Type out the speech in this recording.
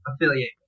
affiliate